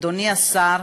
אדוני השר,